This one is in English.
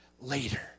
later